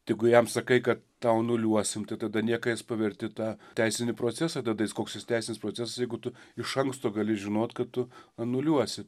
tai jeigu jam sakai kad tau anuliuosim tai tada niekais paverti tą teisinį procesą tada jis koks jis teisnis procesas jeigu tu iš anksto gali žinot kad tu anuliuosi